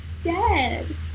dead